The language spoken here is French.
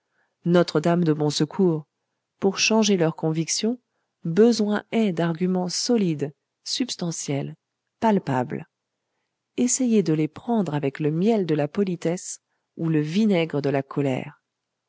notre dame de bon secours pour changer leurs convictions besoin est d'arguments solides substantiels palpables essayez de les prendre avec le miel de la politesse ou le vinaigre de la colère